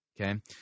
okay